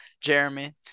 Jeremy